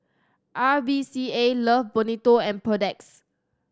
R V C A Love Bonito and Perdix